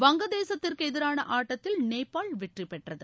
வங்க தேசத்திற்கு எதிரான ஆட்டத்தில் நேபாள் வெற்றி பெற்றது